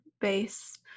base